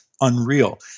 unreal